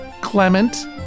Clement